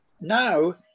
now